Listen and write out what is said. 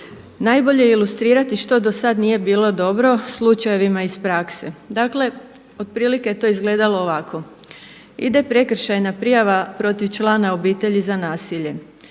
Najbolje je ilustrirati što do sada nije bilo dobro slučajevima iz prakse. Dakle otprilike to je izgledalo ovako. Ide prekršajna prijava protiv člana obitelji za nasilje